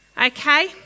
Okay